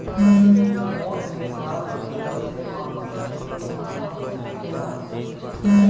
मोठ के दाल खाईला से मांसपेशी के मरम्मत होखेला